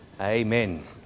Amen